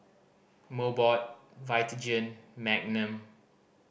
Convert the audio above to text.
Mobot Vitagen Magnum